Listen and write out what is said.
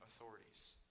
authorities